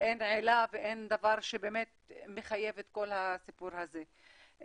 עילה ואין דבר שמחייב את כל הסיפור הזה.